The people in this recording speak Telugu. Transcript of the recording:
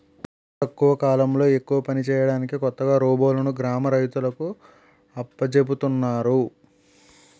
తక్కువ కాలంలో ఎక్కువ పని చేయడానికి కొత్తగా రోబోలును గ్రామ రైతులకు అప్పజెపుతున్నారు